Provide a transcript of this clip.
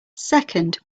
second